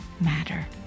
matter